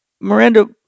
Miranda